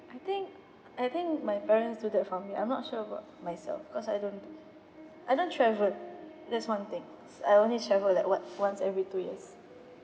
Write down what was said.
I think I think my parents do that for me I'm not sure about myself because I don't I don't travel that's one thing I only travel like what once every two years